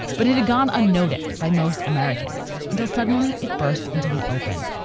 but it had gone unnoticed by most americans until suddenly it burst into the open.